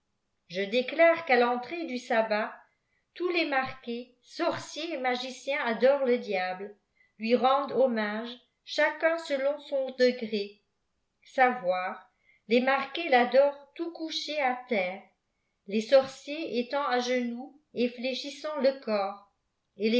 je déclare qu'à l'entrée du sabbat tous les marqués sorciers et magiciens adorent le diable lui rendent hommage chacun selon son degré savoir les marqués l'adorent tout couchés à terre les sorciers étant à genoux et fléchissant le corps et